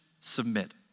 submit